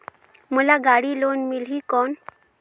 मोला गाड़ी लोन मिलही कौन?